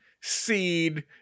seed